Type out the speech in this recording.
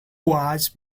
was